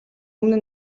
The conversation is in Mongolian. өмнө